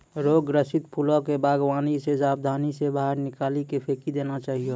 रोग ग्रसित फूलो के वागवानी से साबधानी से बाहर निकाली के फेकी देना चाहियो